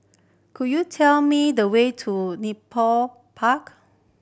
could you tell me the way to Nepal Park